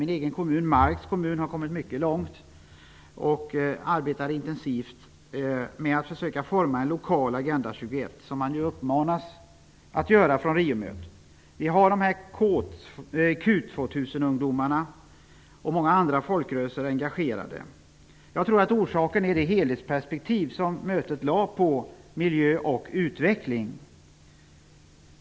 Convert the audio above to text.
Min egen kommun, Marks kommun, har kommit mycket långt och arbetar intensivt med att försöka forma en lokal Agenda 21, som ju Riomötet uppmanade att man skulle göra. Ungdomsorganisationen Q 2000 och många andra folkrörelser är engagerade. Jag tror att orsaken till detta är det helhetsperspektiv som mötet hade i fråga om miljö och utveckling.